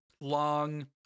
long